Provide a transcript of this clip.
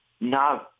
No